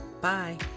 Bye